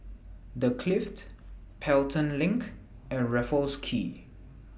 The Clift Pelton LINK and Raffles Quay